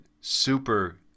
super